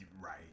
Right